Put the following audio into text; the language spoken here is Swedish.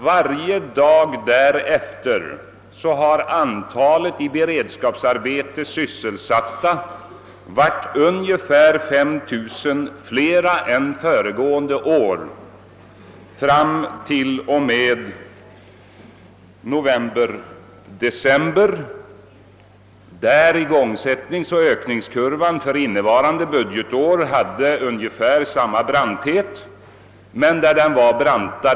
Varje dag därefter har de i beredskapsarbeten sysselsatta varit ungefär 5 000 flera än under motsvarande tid föregående budgetår, alltså från juli fram till november och december. Under denna tid föregående budgetår steg kurvan för igångsättningarna ungefär lika brant som under innevarande budgetår.